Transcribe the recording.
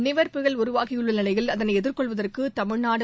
நிவர் புயல் உருவாகியுள்ள நிலையில் அதனை எதிர்கொள்வதற்கு தமிழ்நாடு